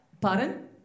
Pardon